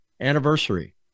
anniversary